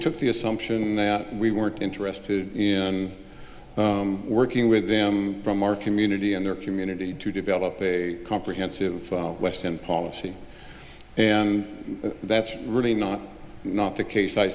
took the assumption that we weren't interested in working with them from our community and their community to develop a comprehensive western policy and that's really not not the case i